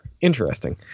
interesting